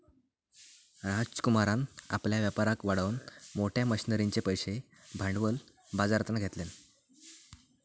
राजकुमारान आपल्या व्यापाराक वाढवूक मोठ्या मशनरींसाठिचे पैशे भांडवल बाजरातना घेतल्यान